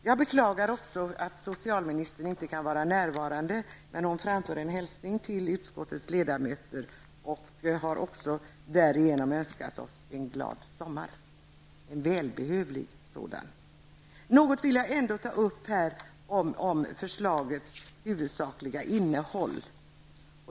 Jag beklagar också att socialministern inte kan vara närvarande, men hon framför en hälsning till utskottets ledamöter och önskar oss en glad sommar och en välbehövlig sådan. Jag vill här ta upp något om förslagets huvudsakliga innehåll.